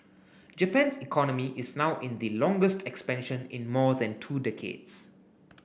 Japan's economy is now in the longest expansion in more than two decades